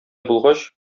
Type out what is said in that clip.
булгач